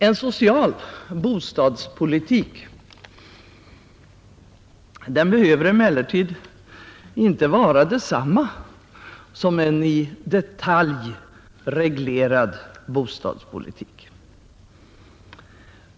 En social bostadspolitik behöver emellertid inte vara detsamma som en i detalj reglerad bostadspolitik.